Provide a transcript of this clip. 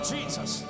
Jesus